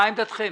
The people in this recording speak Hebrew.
מה עמדתכם?